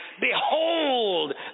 behold